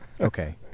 Okay